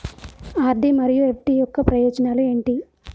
RD మరియు FD యొక్క ప్రయోజనాలు ఏంటి?